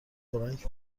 فرانک